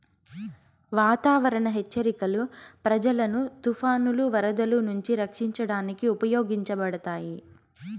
వాతావరణ హెచ్చరికలు ప్రజలను తుఫానులు, వరదలు నుంచి రక్షించడానికి ఉపయోగించబడతాయి